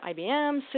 IBM